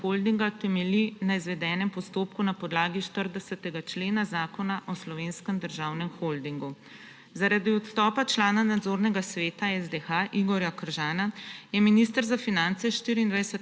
holdinga temelji na izvedenem postopku na podlagi 40. člena Zakona o Slovenskem državnem holdingu. Zaradi odstopa člana nadzornega sveta SDH Igorja Kržana je minister za finance 24.